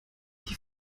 die